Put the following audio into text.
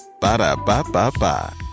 Ba-da-ba-ba-ba